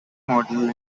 model